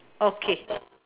okay